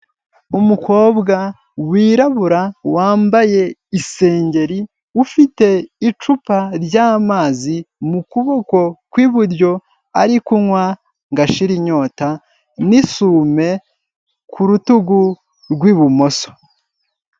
Umukobwa wirabura, wambaye isengeri, ufite icupa ry'amazi mu kuboko kw'iburyo ari kunywa ngo ashire inyota n'isume ku rutugu rw'ibumoso.